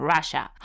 Russia